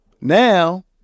now